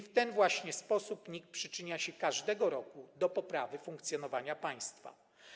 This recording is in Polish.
W ten właśnie sposób NIK m.in. przyczynia się każdego roku do poprawy funkcjonowania państwa.